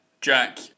Jack